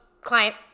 client